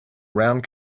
round